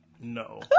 No